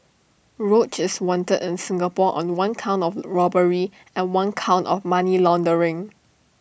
roach is wanted in Singapore on one count of robbery and one count of money laundering